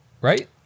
right